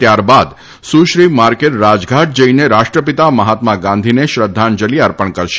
ત્યારબાદ સુશ્રી માર્કેલ રાજઘાટ જઈને રાષ્ટ્રપિતા મહાત્મા ગાંધીને શ્રદ્ધાંજલી અર્પણ કરશે